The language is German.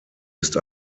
ist